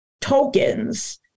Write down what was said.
tokens